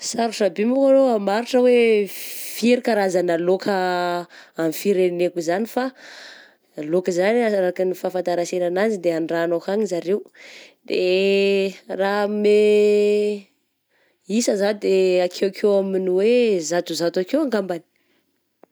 Sarotra be moa alô hamaritra hoe firy karazagna lôka amy fireneko izany fa lôka zany araka ny fahafantaransena ananjy de an-drano akagny zareo, de raha hanome isa zah de akeokeo amin'ny hoe zatozato akeo ngambany.